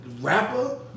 rapper